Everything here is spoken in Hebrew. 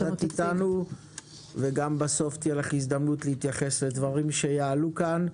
אז את איתנו ובסוף גם תהיה לך הזדמנות להתייחס לדברים שיעלו כאן.